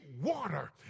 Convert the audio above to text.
water